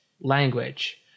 language